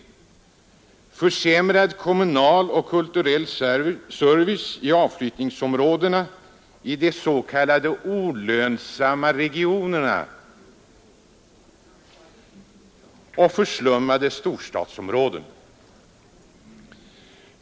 Den har även fört med sig en försämrad kommunal och kulturell service i avflyttningsområdena — de s.k. ”olönsamma regionerna” — och förslummade storstadsområden.